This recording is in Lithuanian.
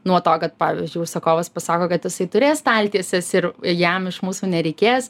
nuo to kad pavyzdžiui užsakovas pasako kad jisai turės staltieses ir jam iš mūsų nereikės